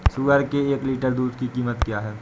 सुअर के एक लीटर दूध की कीमत क्या है?